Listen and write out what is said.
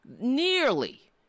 nearly